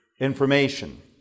information